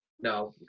No